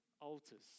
Altars